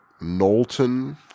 Knowlton